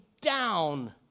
down